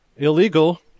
Illegal